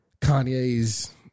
Kanye's